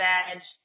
edge